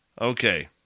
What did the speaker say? Okay